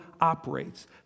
operates